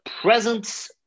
presence